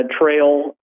trail